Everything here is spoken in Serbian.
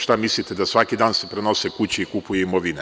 Šta mislite, da se svaki dan prenose kuće i kupuju imovine?